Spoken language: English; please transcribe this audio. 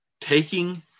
taking